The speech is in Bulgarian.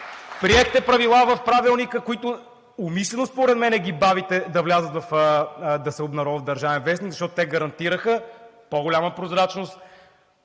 Приехте правила в Правилника, които умишлено според мен ги бавите да се обнародват в „Държавен вестник“, защото те гарантираха по-голяма прозрачност,